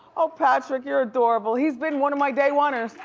oh, patrick, you're adorable. he's been one of my day-one'ers.